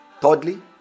Thirdly